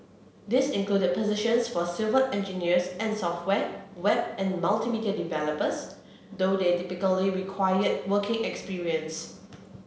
these included positions for civil engineers and software web and multimedia developers though they typically required working experience